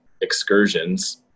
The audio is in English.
excursions